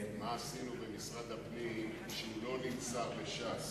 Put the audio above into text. מה עשינו במשרד הפנים כשהוא לא נמסר לש"ס.